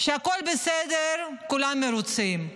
כשהכול בסדר, כולם מרוצים.